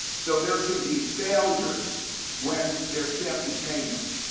so there can be failures when there can't be payments.